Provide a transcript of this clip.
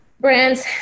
brands